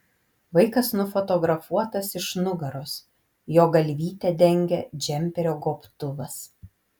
vaikas nufotografuotas iš nugaros jo galvytę dengia džemperio gobtuvas